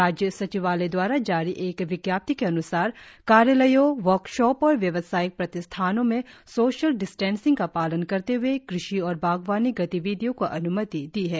राज्य सचिवालय द्वारा जारी एक विज्ञप्ति के अन्सार कार्यालयों वर्कशॉप और व्यवसायिक प्रतिष्ठानों में सोशल डिस्टेंसिंग का पालन करते हुए कृषि और बागवानी गतिविधियों को अन्मति दी है